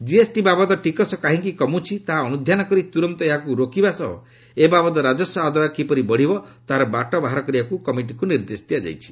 GST ବାବଦ ଟିକସ କାହିଁକି କମୁଛି ତାହା ଅନୁଧ୍ୟାନ କରି ତୁରନ୍ତ ଏହାକୁ ରୋକିବା ସହ ଏ ବାବଦ ରାଜସ୍ୱ ଆଦାୟ କିପରି ବଢ଼ିବ ତାହାର ବାଟ ବାହାର କରିବାକୁ କମିଟିକୁ ନିର୍ଦ୍ଦେଶ ଦିଆଯାଇଛି